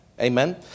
Amen